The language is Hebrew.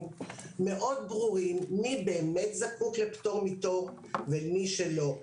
מאוד ברורים מי באמת זקוק לפטור מתור ומי שלא.